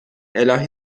الهی